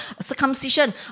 circumcision